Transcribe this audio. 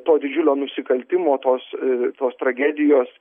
to didžiulio nusikaltimo tos tos tragedijos